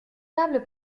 table